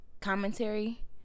commentary